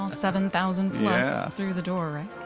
seven thousand plus yeah through the door, right?